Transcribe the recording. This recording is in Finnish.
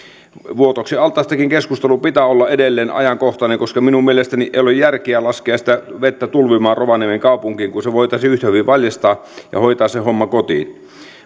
vuotoksen altaastakin pitää olla edelleen ajankohtainen koska minun mielestäni ei ole järkeä laskea sitä vettä tulvimaan rovaniemen kaupunkiin kun se voitaisiin yhtä hyvin valjastaa ja hoitaa se homma kotiin